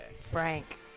Frank